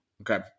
Okay